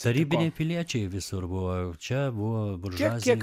tarybiniai piliečiai visur buvo čia buvo buržuazija